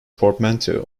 portmanteau